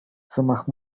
сӑмах